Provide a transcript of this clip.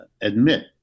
admit